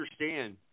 understand